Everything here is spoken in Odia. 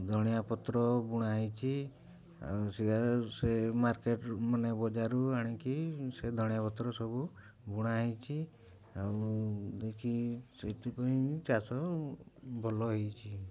ଧନିଆ ପତ୍ର ବୁଣା ହୋଇଛି ଆଉ ସେ ମାର୍କେଟ୍ ମାନେ ବଜାରରୁ ଆଣିକି ସେ ଧନିଆ ପତ୍ର ସବୁ ବୁଣା ହେଇଛି ଆଉ ଦେଇକି ସେଥିପାଇଁ ଚାଷ ଭଲ ହେଇଛି